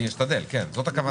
אני אשתדל, זאת הכוונה.